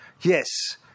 yes